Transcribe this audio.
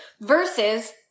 versus